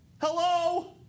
hello